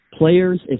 Players